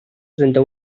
trenta